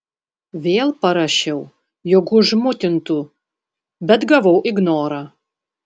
vėl parašiau jog užmutintu bet gavau ignorą